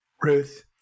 Ruth